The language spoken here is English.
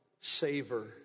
savor